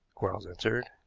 quarles answered.